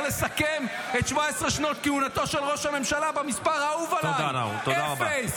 אפשר לסכם את 17 שנות כהונתו של ראש הממשלה במספר האהוב עליי: אפס.